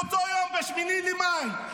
באותו היום, ב-8 במאי,